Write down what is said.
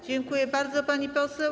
Dziękuję bardzo, pani poseł.